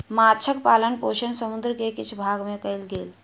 माँछक पालन पोषण समुद्र के किछ भाग में कयल गेल